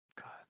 god